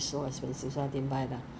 no yes is a chilled mug